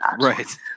Right